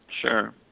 Sure